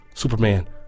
Superman